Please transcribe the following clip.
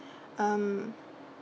um